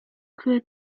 które